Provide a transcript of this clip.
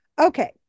okay